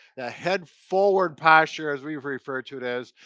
the head forward posture as we've referred to it as.